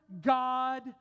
God